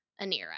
Anira